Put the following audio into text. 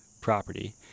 property